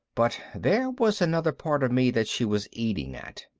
but there was another part of me that she was eating at.